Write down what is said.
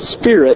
Spirit